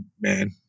man